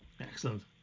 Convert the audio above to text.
Excellent